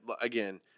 Again